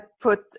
put